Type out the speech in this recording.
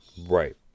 right